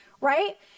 right